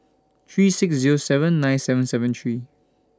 three six Zero seven nine seven seven three